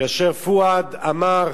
כאשר פואד אמר: